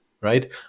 right